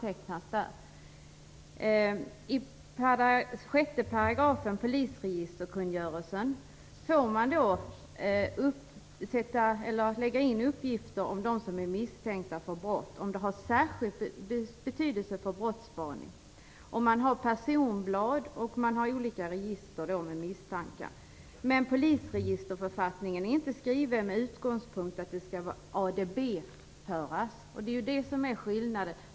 Enligt 6 § i polisregisterkungörelsen får man lägga in uppgifter om dem som är misstänkta för brott om det har särskild betydelse för brottsspaning. Man har personblad och olika register med misstankar. Men polisregisterförfattningen är inte skriven med utgångspunkt att detta skall ADB-föras. Det är skillnaden.